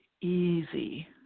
easy